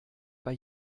bei